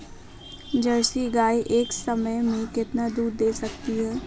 Jersey गाय एक समय में कितना दूध दे सकती है?